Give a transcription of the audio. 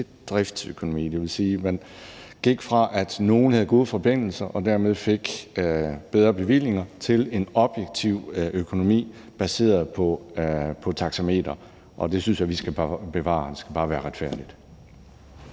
driftsøkonomi. Det vil sige, at man gik fra, at nogle havde gode forbindelser og dermed fik bedre bevillinger, til en objektivt funderet økonomi baseret på taxameter, og det synes jeg vi skal bevare. Det skal bare være retfærdigt.